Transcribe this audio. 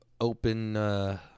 open